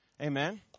Amen